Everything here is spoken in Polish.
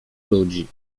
ludzi